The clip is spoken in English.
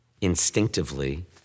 instinctively